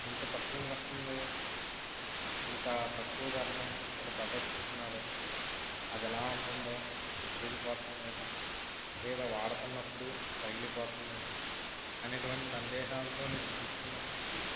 ఇంత తక్కువ వస్తుంది ఇంత తక్కువ ధరని వీళ్ళు ప్రదర్శిస్తున్నారు అది ఎలా ఉంటుందో చినిగిపోతుందేమో లేదా వాడుతున్నప్పుడు పగిలిపోతుందేమో అనేటువంటి సందేహాలతో నేను తీసుకున్నప్పటికి